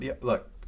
look